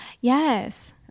Yes